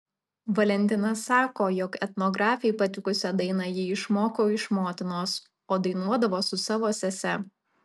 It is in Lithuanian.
valentina sako jog etnografei patikusią dainą ji išmoko iš motinos o dainuodavo su savo sese